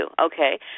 okay